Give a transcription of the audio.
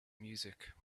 music